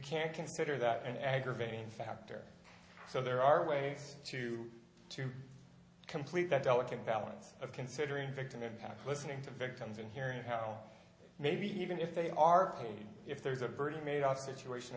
can't consider that an aggravating factor so there are ways to to complete that delicate balance of considering victim impact listening to victims in hearing how maybe even if they are guilty if there's a verdict made off situation